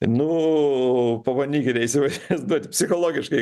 nu pabandykite įsivaizduot psichologiškai